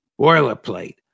boilerplate